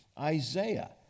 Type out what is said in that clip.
Isaiah